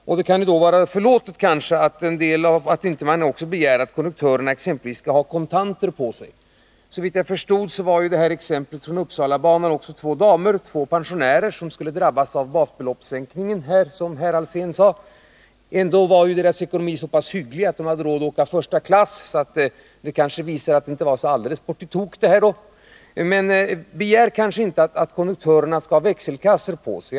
Och det kan då kanske vara förlåtligt om exempelvis konduktörerna inte alltid har kontanter på sig. Såvitt jag förstod gällde exemplet från Uppsalabanan två damer, två pensionärer som skulle drabbas av basbeloppssänkningen, som herr Alsén sade. Ändå var deras ekonomi så pass hygglig att de hade råd att åka första klass, och det kanske visar att det inte var så bort i tok. Men begär inte att konduktörerna alltid skall ha växelkassor på sig.